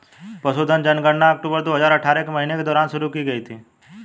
पशुधन जनगणना अक्टूबर दो हजार अठारह के महीने के दौरान शुरू की गई थी